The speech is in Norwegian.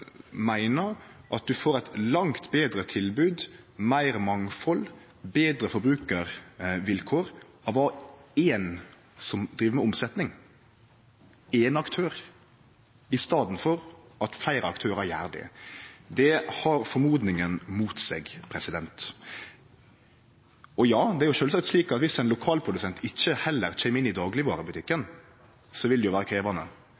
meiner at ein får eit langt betre tilbod, meir mangfald, betre forbrukarvilkår av at berre éin driv med omsetning – ein aktør, i staden for at fleire aktørar gjer det – har «formodningen» mot seg. Og ja, det er sjølvsagt slik at om ein lokal produsent heller ikkje får produkta sine inn i daglegvarebutikken, vil det vere krevjande,